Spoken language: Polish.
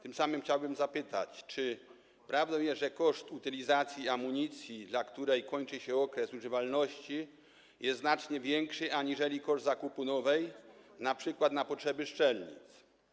Tym samym chciałbym zapytać: Czy prawdą jest, że koszt utylizacji amunicji, dla której kończy się okres używalności, jest znacznie większy aniżeli koszt zakupu nowej, np. na potrzeby strzelnic?